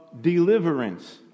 deliverance